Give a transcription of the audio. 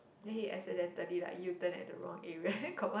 then he accidentally like U-turn at the wrong area then got one